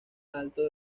alto